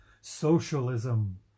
socialism